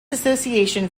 association